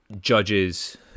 judges